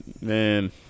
man